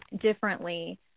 differently